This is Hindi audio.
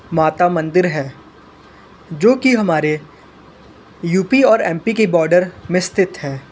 माता मंदिर है जो की हमारे यू पी और एम पी की बॉर्डर में स्थित है